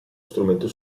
strumento